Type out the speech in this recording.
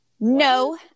No